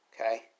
Okay